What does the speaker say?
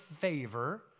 favor